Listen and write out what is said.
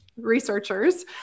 researchers